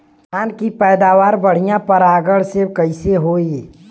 धान की पैदावार बढ़िया परागण से कईसे होई?